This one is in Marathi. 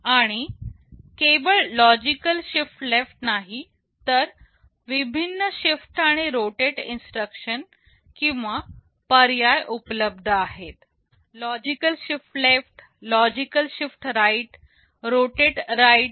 आणि केवळ लॉजिकल शिफ्ट लेफ्ट नाही तर विभिन्न शिफ्ट आणि रोटेट इन्स्ट्रक्शन किंवा पर्याय उपलब्ध आहेत logical shift left logical shift right rotate right